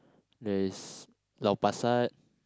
there is Lao Pa Sat